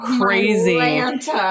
crazy